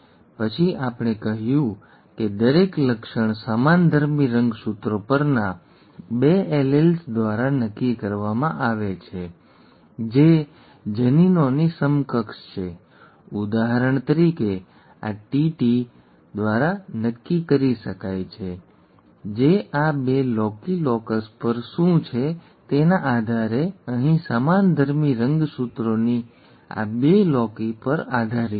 પછી અમે કહ્યું કે દરેક લક્ષણ સમાનધર્મી રંગસૂત્રો પરના બે એલીલ્સ દ્વારા નક્કી કરવામાં આવે છે જે જનીનોની સમકક્ષ છે ઉદાહરણ તરીકે આ TT Tt tT અથવા tt દ્વારા નક્કી કરી શકાય છે જે આ બે લોકી લોકસ પર શું છે તેના આધારે અહીં સમાનધર્મી રંગસૂત્રોની આ બે લોકી પર આધારિત છે